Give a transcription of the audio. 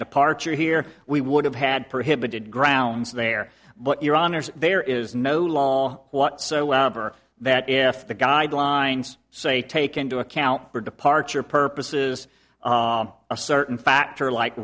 departure here we would have had prohibited grounds there but your honor there is no law whatsoever that if the guidelines say take into account for departure purposes a certain factor like